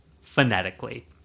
phonetically